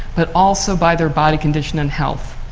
but also by their body condition and health.